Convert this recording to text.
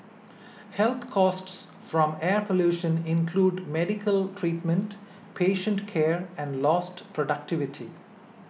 health costs from air pollution include medical treatment patient care and lost productivity